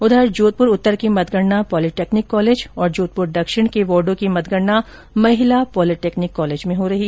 उधर जोधपूर उत्तर की मतगणना पॉलीटेक्निक कॉलेज में तथा जोधपुर दक्षिण के वार्डो की मतगणना महिला पॉलीटेक्निक कॉलेज में हो रही